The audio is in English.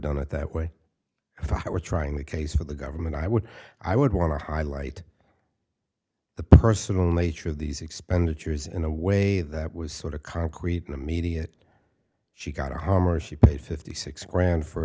done it that way if i were trying the case for the government i would i would want to highlight the personal nature of these expenditures in a way that was sort of concrete immediate she got a hummer she paid fifty six grand for